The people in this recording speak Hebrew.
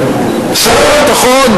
שר הביטחון,